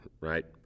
right